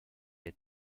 les